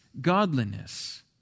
godliness